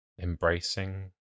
embracing